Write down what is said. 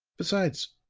besides,